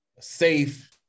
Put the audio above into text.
safe